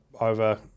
over